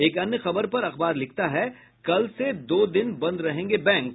एक अन्य खबर पर अखबार लिखता है कल से दो दिन बंद रहेंगे बैंक